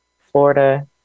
Florida